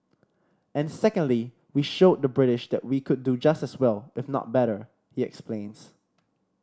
and secondly we showed the British that we could do just as well if not better he explains